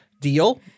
deal